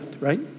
Right